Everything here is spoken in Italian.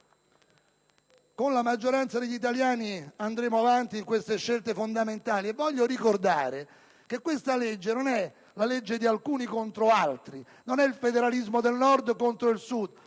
Con la maggioranza degli italiani andremo avanti in queste scelte fondamentali. Voglio ricordare che questa non è una legge di alcuni contro altri, non è il federalismo del Nord contro il Sud.